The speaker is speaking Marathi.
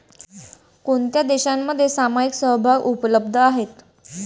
कोणत्या देशांमध्ये सामायिक समभाग उपलब्ध आहेत?